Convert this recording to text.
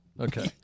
Okay